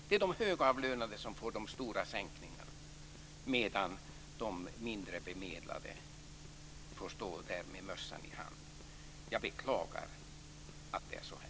Det är de högavlönade som får de stora sänkningarna medan de mindre bemedlade får stå där med mössan i hand. Jag beklagar att det är så här.